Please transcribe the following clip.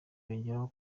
yongeyeho